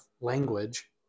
language